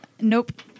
Nope